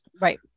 right